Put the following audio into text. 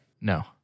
No